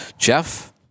Jeff